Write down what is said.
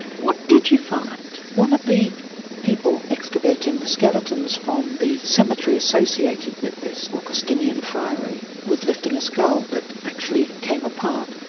what did you find? one of the people excavating the skeletons from the cemetery associated with this augustinian friary was lifting a skull that actually came apart.